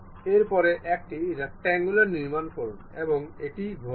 এরপরে একটি রেকটাঙ্গুলার নির্মাণ করুন এবং এটি ঘোরান